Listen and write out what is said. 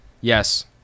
Yes